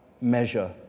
measure